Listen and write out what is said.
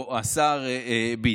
או השר ביטון,